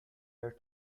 are